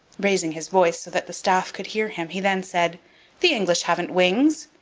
raising his voice so that the staff could hear him, he then said the english haven't wings!